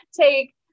take